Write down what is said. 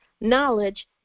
knowledge